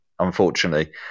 Unfortunately